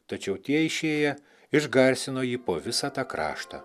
tačiau tie išėję išgarsino jį po visą tą kraštą